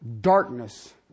darkness